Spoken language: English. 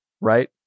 right